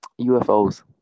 UFOs